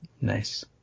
nice